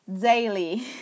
daily